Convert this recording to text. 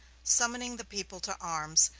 summoning the people to arms,